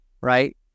right